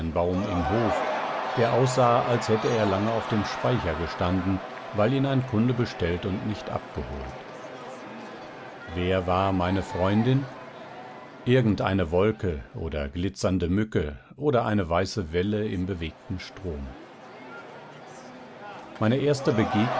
kastanienbaum im hof der aussah als hätte er lange auf dem speicher gestanden weil ihn ein kunde bestellt und nicht abgeholt wer war meine freundin irgendeine wolke oder glitzernde mücke oder eine weiße welle im bewegten strom meine erste